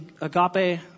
agape